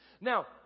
Now